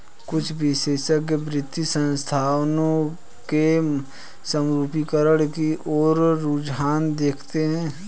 कुछ विशेषज्ञ वित्तीय संस्थानों के समरूपीकरण की ओर रुझान देखते हैं